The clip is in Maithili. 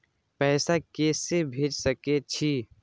पैसा के से भेज सके छी?